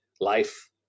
life